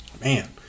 man